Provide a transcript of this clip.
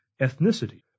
ethnicity